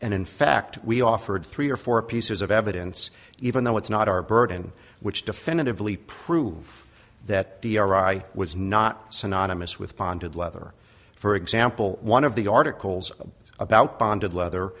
and in fact we offered three or four pieces of evidence even though it's not our burden which definitively prove that i was not synonymous with bonded leather for example one of the articles about bonded leather